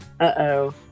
Uh-oh